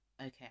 okay